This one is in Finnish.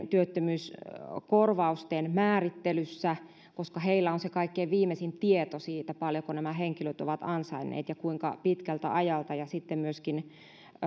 työttömyyskorvausten määrittelyssä koska heillä on se kaikkein viimeisin tieto siitä paljonko nämä henkilöt ovat ansainneet ja kuinka pitkältä ajalta ja sitten myöskin